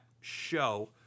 show